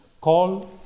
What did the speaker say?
call